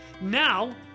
Now